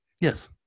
Yes